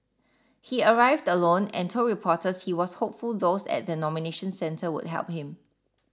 he arrived alone and told reporters he was hopeful those at the nomination centre would help him